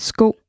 Sko